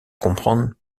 comprendre